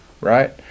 Right